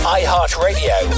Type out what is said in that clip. iHeartRadio